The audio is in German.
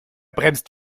bremst